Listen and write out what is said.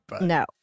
No